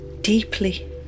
Deeply